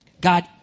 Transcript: God